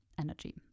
energy